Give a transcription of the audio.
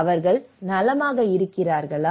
அவர்கள் நலமாக இருக்கிறார்களா